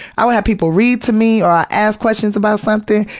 i would have people read to me, or i'd ask questions about something,